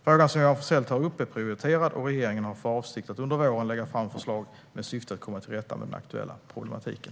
Frågan som Johan Forssell tar upp är prioriterad, och regeringen har för avsikt att under våren lägga fram förslag med syfte att komma till rätta med den aktuella problematiken.